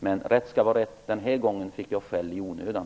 Men rätt skall vara rätt: Den här gången fick jag skäll i onödan!